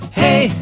hey